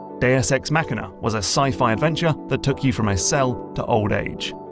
deus ex machina was a sci-fi adventure that took you from a cell to old age.